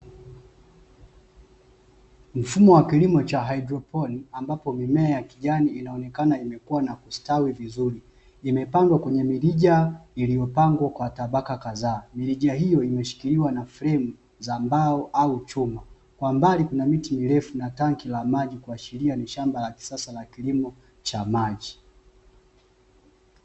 Mfumo wa kilimo cha haidroponi ambapo mimea ya kijani inaonekana imekuwa na kustawi vizuri. Imepangwa kwenye mirija iliyopangwa kwa tabaka kadhaa, mirija hiyo imeshikiliwa na fremu za mbao au chuma. Kwa mbali kuna miti mirefu na tanki la maji kuashiria ni shamba la kisasa la kilimo cha maji.